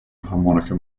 harmonica